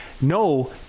no